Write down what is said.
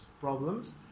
problems